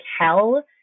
hell